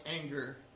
anger